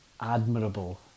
admirable